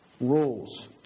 rules